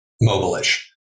mobile-ish